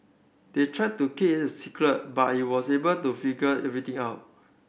they tried to keep it a secret but he was able to figure everything out